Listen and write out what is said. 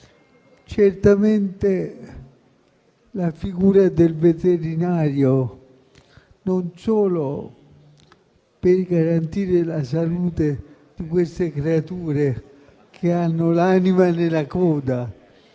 Certamente la figura del veterinario è utile per garantire non solo la salute di tali creature, che hanno l'anima nella coda,